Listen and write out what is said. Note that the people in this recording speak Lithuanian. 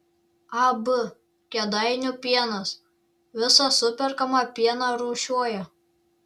ab kėdainių pienas visą superkamą pieną rūšiuoja